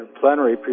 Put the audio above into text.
plenary